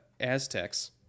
Aztecs